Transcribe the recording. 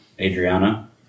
Adriana